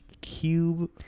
cube